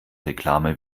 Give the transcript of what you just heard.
reklame